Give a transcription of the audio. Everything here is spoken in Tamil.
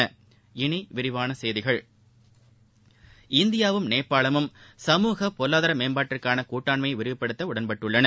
இனி விரிவான செய்திகள் இந்தியாவும் நேபாளமும் சமூகப் பொருளாதார மேம்பாட்டுக்கான கூட்டாண்மையை விரிவுப்படுத்த உடன்பட்டுள்ளன